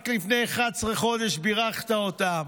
רק לפני 11 חודש בירכת אותם